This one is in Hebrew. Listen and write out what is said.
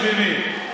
מה זה חשוב עם מי?